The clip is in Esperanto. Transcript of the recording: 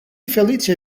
feliĉe